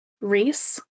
reese